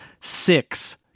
Six